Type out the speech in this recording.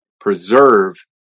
preserve